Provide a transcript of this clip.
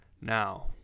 Now